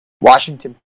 Washington